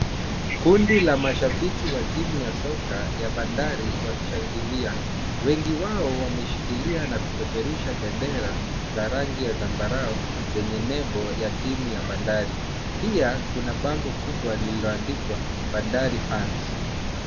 Kundi la mashabiki wa timu ya soka ya Bandari wakishangilia. Wengi wao wameshikilia na kupeperusha bendera za rangi ya zambarau yenye nembo ya timu ya Bandari. Pia kuna bango kubwa lilioandikwa Bandari fans.